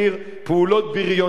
פעולות בריוניות,